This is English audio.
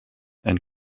and